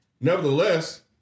nevertheless